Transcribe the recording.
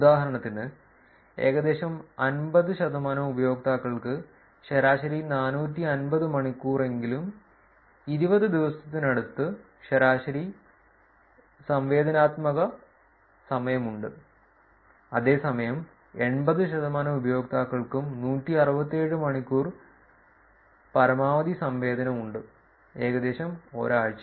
ഉദാഹരണത്തിന് ഏകദേശം 50 ശതമാനം ഉപയോക്താക്കൾക്ക് ശരാശരി 450 മണിക്കൂറെങ്കിലും 20 ദിവസത്തിനടുത്ത് ശരാശരി സംവേദനാത്മക സമയമുണ്ട് അതേസമയം 80 ശതമാനം ഉപയോക്താക്കൾക്കും 167 മണിക്കൂർ പരമാവധി സംവേദനം ഉണ്ട് ഏകദേശം ഒരാഴ്ച